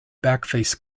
backface